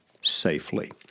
safely